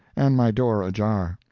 and my door ajar.